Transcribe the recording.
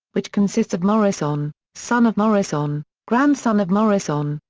which consists of morris on, son of morris on, grandson of morris on,